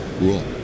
rule